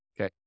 Okay